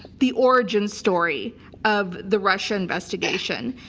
the origin story of the russian investigation.